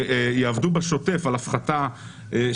שיעבדו בשוטף על הפחתה של רגולציה.